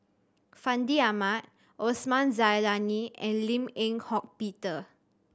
Fandi Ahmad Osman Zailani and Lim Eng Hock Peter